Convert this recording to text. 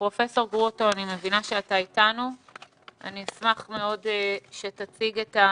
פרופ' גרוטו, אני אשמח מאוד שתציג את הנתונים,